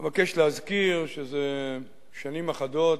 אבקש להזכיר שזה שנים אחדות,